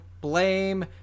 Blame